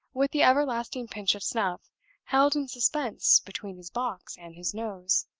with the everlasting pinch of snuff held in suspense between his box and his nose,